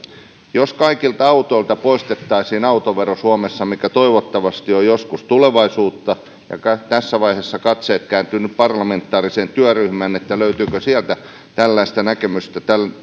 jos kaikilta autoilta poistettaisiin autovero suomessa mikä toivottavasti on joskus tulevaisuutta ja tässä vaiheessa katseet kääntyvät nyt parlamentaariseen työryhmään että löytyykö sieltä tällaista näkemystä